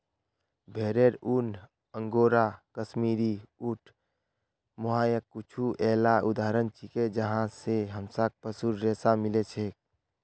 भेरेर ऊन, अंगोरा, कश्मीरी, ऊँट, मोहायर कुछू येला उदाहरण छिके जहाँ स हमसाक पशुर रेशा मिल छेक